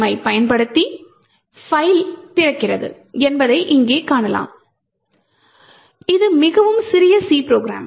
Vim ஐப் பயன்படுத்தி file திறக்கிறது என்பதை இங்கே காணலாம் இது மிகவும் சிறிய C ப்ரோக்ராம்